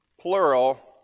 plural